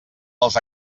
els